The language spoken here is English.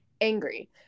angry